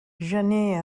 gener